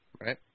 Right